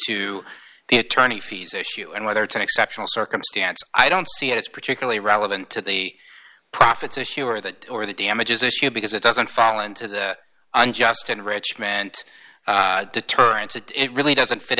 to the attorney fees issue and whether it's an exceptional circumstance i don't see it it's particularly relevant to the profits issue or that or the damages issue because it doesn't fall into that unjust enrichment deterrence that it really doesn't fit